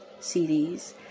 CDs